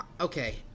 Okay